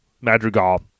Madrigal